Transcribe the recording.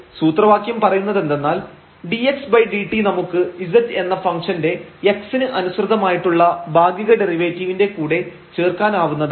അപ്പോൾ സൂത്രവാക്യം പറയുന്നതെന്തെന്നാൽ dxdt നമുക്ക് z എന്ന ഫംഗ്ഷൻറെ x ന് അനുസൃതമായിട്ടുള്ള ഭാഗിക ഡെറിവേറ്റീവിന്റെ കൂടെ ചേർക്കാവുന്നതാണ്